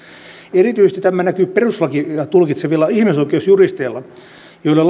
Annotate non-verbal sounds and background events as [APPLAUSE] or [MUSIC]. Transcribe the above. erityisesti tämä näkyy perustuslakia tulkitsevilla ihmisoikeusjuristeilla joille [UNINTELLIGIBLE]